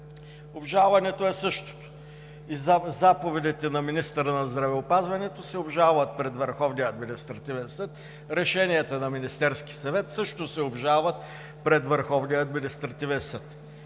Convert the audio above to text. Обжалването е същото. Заповедите на министъра на здравеопазването се обжалват пред Върховния административен съд, решенията на Министерския съвет също се обжалват пред Върховния административен съд.